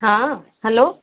ହଁ ହେଲୋ